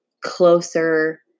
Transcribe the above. closer